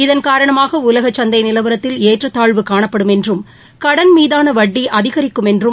இதன் காரணமாக உலக சந்தை நிலவரத்தில் ஏற்றத்தாழ்வு காணப்படும் என்றும் கடன் மீதான வட்டி அதிகிக்கும் என்றும்